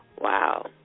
Wow